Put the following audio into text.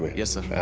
yes sir.